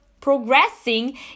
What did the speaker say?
progressing